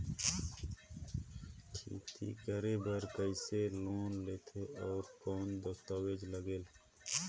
खेती करे बर कइसे लोन लेथे और कौन दस्तावेज लगेल?